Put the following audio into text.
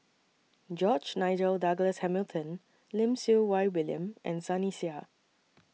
George Nigel Douglas Hamilton Lim Siew Wai William and Sunny Sia